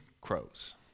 crows